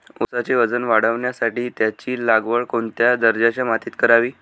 ऊसाचे वजन वाढवण्यासाठी त्याची लागवड कोणत्या दर्जाच्या मातीत करावी?